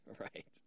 Right